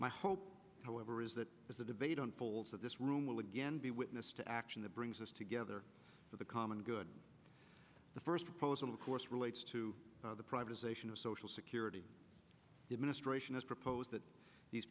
my hope however is that as a debate unfolds that this room will again be witness to action that brings us together for the common good the first proposal of course relates to the privatization of social security administration has proposed that these